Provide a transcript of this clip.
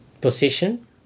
position